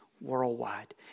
worldwide